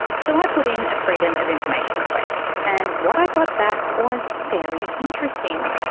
so i put in a freedom of information request, and what i got back was very interesting